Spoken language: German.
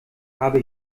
habe